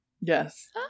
Yes